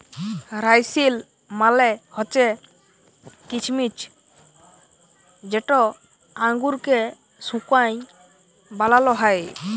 রাইসিল মালে হছে কিছমিছ যেট আঙুরকে শুঁকায় বালাল হ্যয়